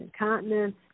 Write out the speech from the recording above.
incontinence